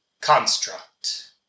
construct